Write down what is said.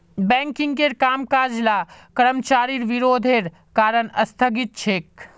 बैंकिंगेर कामकाज ला कर्मचारिर विरोधेर कारण स्थगित छेक